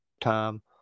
time